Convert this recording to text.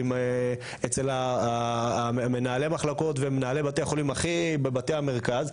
אצל מנהלי מחלקות ומנהלי בתי החולים הכי טובים במרכז,